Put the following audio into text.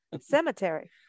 cemetery